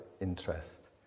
interest